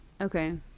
Okay